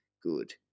good